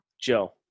Joe